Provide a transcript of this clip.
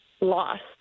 lost